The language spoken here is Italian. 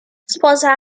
sposa